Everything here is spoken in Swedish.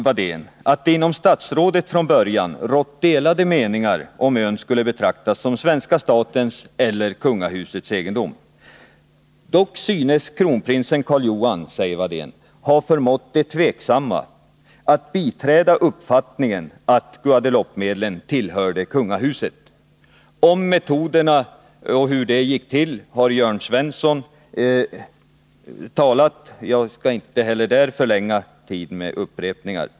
Wadén säger ”att det inom statsrådet från början rått delade meningar om ön skulle betraktas som svenska statens eller kungahusets egendom. Dock synes kronprinsen Karl Johan ha förmått de tveksamma att biträda uppfattningen att Guadeloupe-medlen tillhörde kungahuset.” Om metoderna och hur det gick till har Jörn Svensson talat. Jag skall inte heller i det avseendet förlänga debatten med upprepningar.